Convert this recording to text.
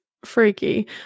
Freaky